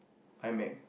iMac